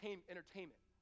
entertainment